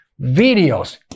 Videos